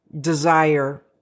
desire